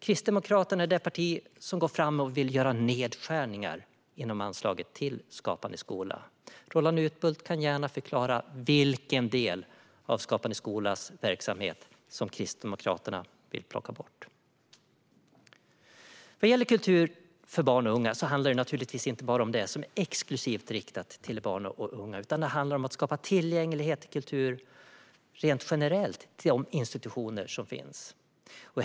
Kristdemokraterna är det parti som går fram och vill göra nedskärningar i anslaget till Skapande skola. Roland Utbult kan gärna förklara vilken del av Skapande skolas verksamhet som Kristdemokraterna vill plocka bort. Kultur för barn och unga handlar naturligtvis inte bara om det som är exklusivt riktat till barn och unga, utan det handlar om att skapa tillgänglighet till kultur rent generellt i de institutioner som finns.